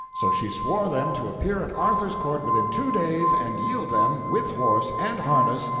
so she swore them to appear at arthur's court within two days and yield them, with horse and harness,